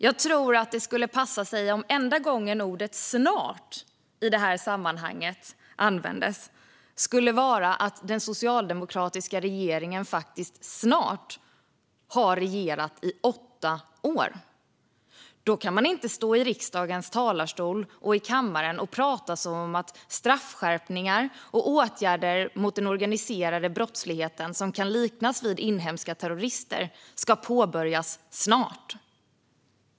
Jag tror att enda gången ordet "snart" skulle passa i detta sammanhang är när man säger: Den socialdemokratiska regeringen har snart regerat i åtta år. Då kan man inte stå i talarstolen i riksdagens kammare och prata om att straffskärpningar och åtgärder mot den organiserade brottsligheten, som kan liknas vid inhemsk terrorism, ska påbörjas snart.